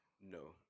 No